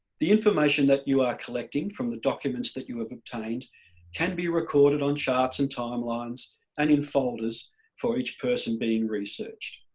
the information that you are collecting from the documents that you have obtained can be recorded on charts and timelines and in folders for each person being researched.